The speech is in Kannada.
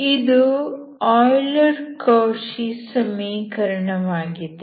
ಇದು ಆಯ್ಲರ್ ಕೌಶಿ ಸಮೀಕರಣವಾಗಿದೆ